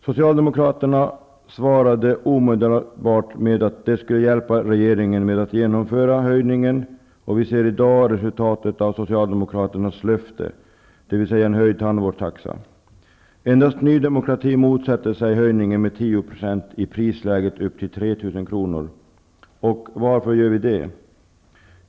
Socialdemokraterna svarade omedelbart att de skulle hjälpa regeringen med att genomföra höjningen, och vi ser i dag resultatet av Socialdemokraternas löfte, dvs. en höjd tandvårdstaxa. Endast Ny demokrati motsätter sig höjningen med 10 % i prisläget upp till 3 000 kr. Och varför gör vi det?